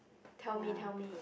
tell me tell me